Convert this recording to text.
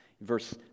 Verse